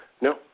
No